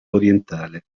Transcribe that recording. orientale